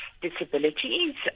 disabilities